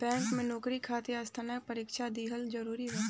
Bank में नौकरी खातिर स्नातक के परीक्षा दिहल जरूरी बा?